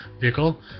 Vehicle